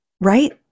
right